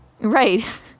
Right